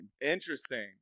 interesting